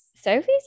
Sophie's